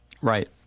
Right